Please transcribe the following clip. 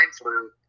flu